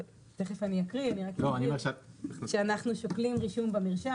תיכף אני אקריא שאנחנו שוקלים רישום במרשם,